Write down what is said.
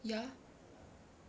ya